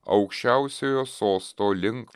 aukščiausiojo sosto link